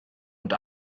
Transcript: und